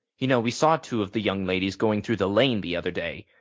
you know we saw two of the young ladies going through the lane the other day.